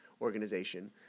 organization